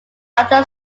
either